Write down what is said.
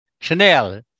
chanel